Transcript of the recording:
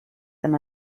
them